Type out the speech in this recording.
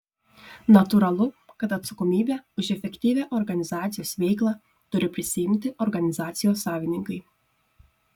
natūralu kad atsakomybę už efektyvią organizacijos veiklą turi prisiimti organizacijos savininkai